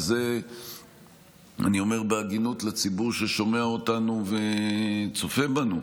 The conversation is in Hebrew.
ואת זה אני אומר בעדינות לציבור ששומע אותנו וצופה בנו,